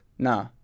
nah